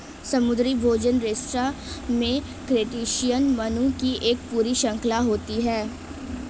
समुद्री भोजन रेस्तरां में क्रस्टेशियन मेनू की एक पूरी श्रृंखला होती है